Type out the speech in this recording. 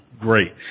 great